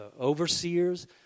overseers